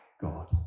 God